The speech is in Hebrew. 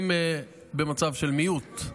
הם במצב של מיעוט,